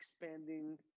expanding